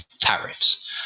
tariffs